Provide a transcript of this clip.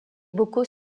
bocaux